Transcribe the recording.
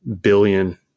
billion